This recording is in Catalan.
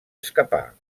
escapar